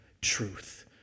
truth